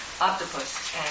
octopus